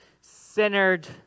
centered